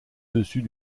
dessus